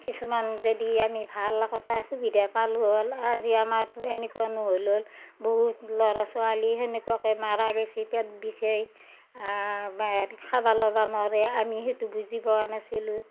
কিছুমান যেদি আমি ভাল একোটা সুবিধা পালোঁ হ'ল আজি আমাৰ এনেকুৱা নহ'ল হ'ল বহুত ল'ৰা ছোৱালী তেনেকুৱাকে মৰা গৈছে পেট বিষেই বা হেৰি খাব ল'বা নৰেই আমি সেইটো বুজি পোৱা নাছিলোঁ